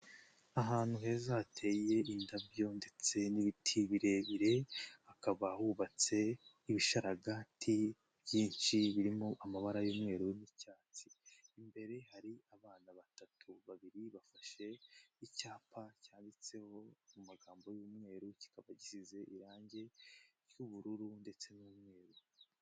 Ahantu heza hateye indabyo ndetse n'ibiti birebire, hakaba hubatse ibishararagati byinshi birimo amabara y'umweru n'icyatsi, imbere hari abana batatu, babiri bafashe icyapa cyanbitseho mu magambo y'umweru, kikaba gisize irangi ry'ubururu ndetse n'umweruru.